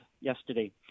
yesterday